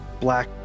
black